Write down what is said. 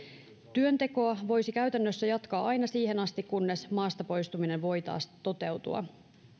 työntekoa voisi käytännössä jatkaa aina siihen asti kunnes maasta poistuminen voi taas toteutua